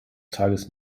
tages